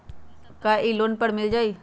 का इ लोन पर मिल जाइ?